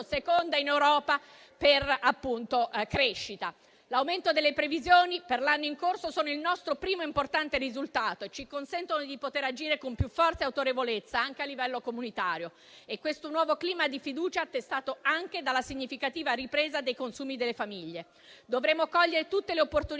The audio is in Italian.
seconda in Europa per crescita. L'aumento delle previsioni per l'anno in corso è il nostro primo e importante risultato e ci consente di poter agire con più forte autorevolezza anche a livello comunitario. Questo nuovo clima di fiducia è attestato anche dalla significativa ripresa dei consumi delle famiglie. Dovremo cogliere tutte le opportunità